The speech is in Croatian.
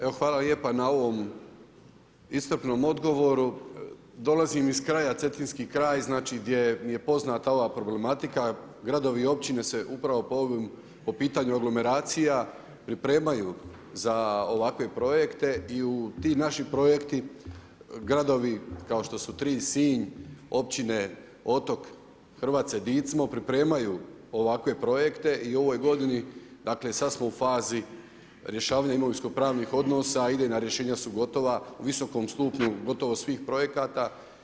Evo hvala lijepa na ovom iscrpnom odgovoru, dolazim iz Cetinskog kraja gdje mi je poznata ova problematika, gradovi i općine se upravo po pitanju aglomeracija pripremaju za ovakve projekte i ti naši projekti, gradovi kao što su Trilj, Sinj, općine Otok, Hrvace, Dicmo, pripremaju ovakve projekte i u ovoj godini, dakle sad smo u fazi rješavanja imovinsko-pravnih odnosa, idejna rješenja su gotova, u visokom stupnju gotovo svih projekata.